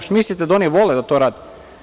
Šta mislite da oni vole da to rade?